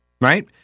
right